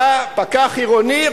בא פקח עירוני,